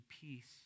peace